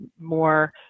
more